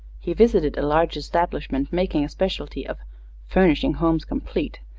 he visited a large establishment making a specialty of furnishing homes complete,